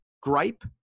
gripe